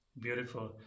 Beautiful